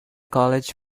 college